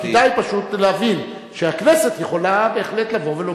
אבל כדאי פשוט להבין שהכנסת יכולה בהחלט לבוא ולומר,